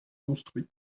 construit